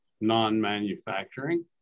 non-manufacturing